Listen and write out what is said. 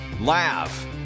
laugh